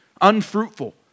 unfruitful